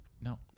No